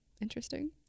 interesting